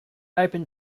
opened